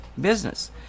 business